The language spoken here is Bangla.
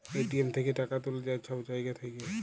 এ.টি.এম থ্যাইকে টাকা তুলা যায় ছব জায়গা থ্যাইকে